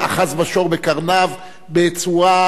בקרניו בצורה המשמעותית ביותר.